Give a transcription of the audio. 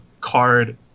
card